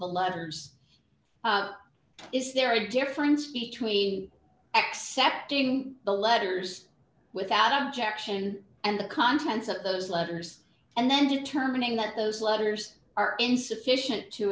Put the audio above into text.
the letters is there a difference between accepting the letters with adam jackson and the contents of those letters and then determining that those letters are insufficient to